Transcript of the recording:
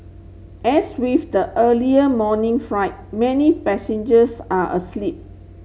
as with the earlier morning many passengers are asleep